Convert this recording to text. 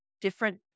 different